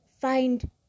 Find